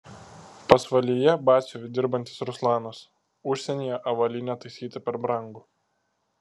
pasvalyje batsiuviu dirbantis ruslanas užsienyje avalynę taisyti per brangu